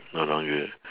no longer